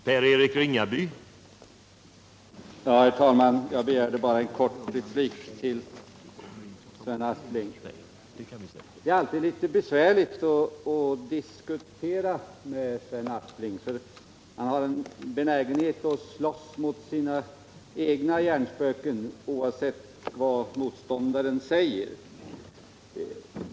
Herr talman! Jag begärde bara ordet för en kort replik till Sven Aspling. Det är alltid litet besvärligt att diskutera med Sven Aspling, för han har en benägenhet att slåss mot sina egna hjärnspöken, oavsett vad motståndaren säger.